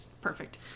Perfect